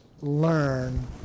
learn